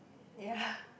ya